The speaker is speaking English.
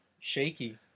shaky